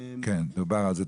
כן, דובר על זה.